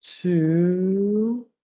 two